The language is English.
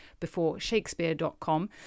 beforeshakespeare.com